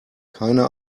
keine